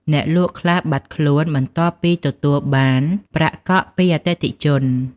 អ្នកលក់ខ្លះបាត់ខ្លួនបន្ទាប់ពីទទួលបានប្រាក់កក់ពីអតិថិជន។